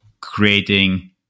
creating